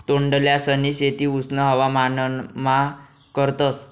तोंडल्यांसनी शेती उष्ण हवामानमा करतस